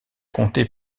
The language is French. compté